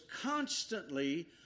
constantly